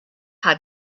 had